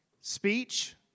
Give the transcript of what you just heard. Speech